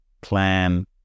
plan